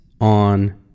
on